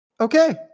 okay